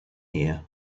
here